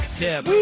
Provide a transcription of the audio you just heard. tip